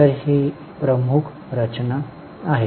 तर ही प्रमुख रचना आहे